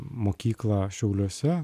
mokyklą šiauliuose